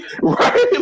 Right